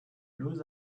lose